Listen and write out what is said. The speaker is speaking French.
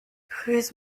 chris